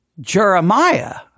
Jeremiah